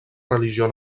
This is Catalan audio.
religió